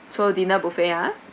so dinner buffet ah